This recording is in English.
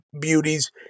beauties